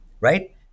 right